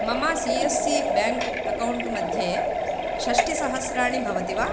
मम C S C bank अकौण्ट्मध्ये षष्ठिसहस्राणि भवति वा